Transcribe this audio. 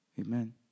Amen